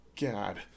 god